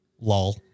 lol